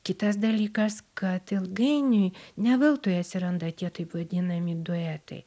kitas dalykas kad ilgainiui ne veltui atsiranda tie taip vadinami duetai